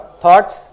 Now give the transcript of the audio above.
thoughts